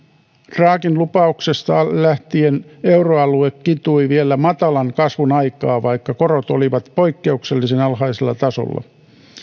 draghin lupauksesta lähtien euroalue kitui vielä muutaman vuoden matalan kasvun aikaa vaikka korot olivat poikkeuksellisen alhaisella tasolla